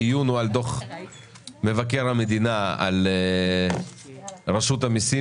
הדיון הוא על דוח מבקר המדינה על רשות המיסים,